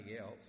else